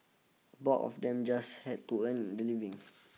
bulk of them just had to earn the living